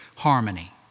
harmony